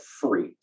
free